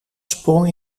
sprong